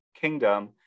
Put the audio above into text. Kingdom